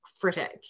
critic